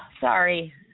sorry